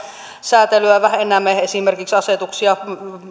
säätelyä vähennämme esimerkiksi